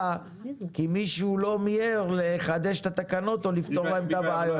כי מישהו לא מיהר לחדש את התקנות או לפתור להם את הבעיות.